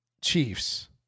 Chiefs